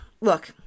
look